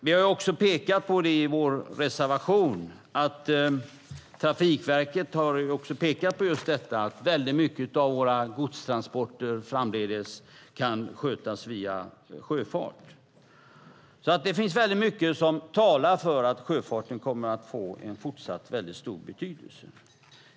Vi har i vår reservation också pekat på att Trafikverket har understrukit just att väldigt mycket av våra godstransporter framdeles kan skötas via sjöfart. Det finns väldigt mycket som talar för att sjöfarten kommer att få en fortsatt väldigt stor betydelse.